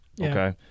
okay